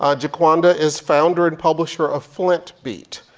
ah jaquanda is founder and publisher of flint beat,